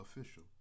official